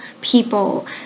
people